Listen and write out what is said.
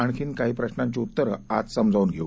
आणखीन काही प्रशांची उत्तरं आज समजावून घेऊ